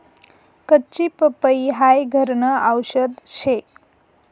कच्ची पपई हाई घरन आवषद शे